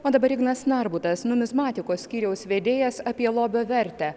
o dabar ignas narbutas numizmatikos skyriaus vedėjas apie lobio vertę